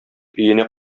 өенә